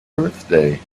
birthday